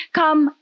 come